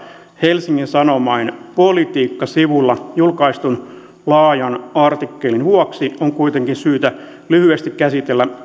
helsingin sanomain politiikkasivulla julkaistun laajan artikkelin vuoksi on kuitenkin syytä lyhyesti käsitellä